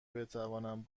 بتوانم